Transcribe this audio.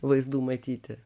vaizdų matyti